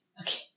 Okay